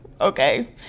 okay